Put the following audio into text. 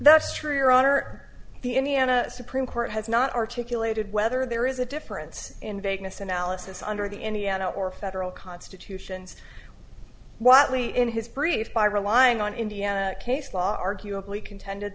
true your honor the indiana supreme court has not articulated whether there is a difference in vagueness analysis under the indiana or federal constitution whatley in his brief by relying on indiana case law arguably contended